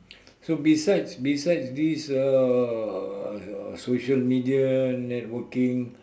so besides besides this uh social media networking